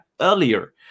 earlier